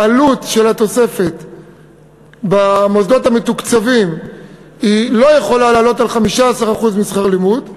העלות של התוספת במוסדות המתוקצבים לא יכולה לעלות על 15% משכר לימוד,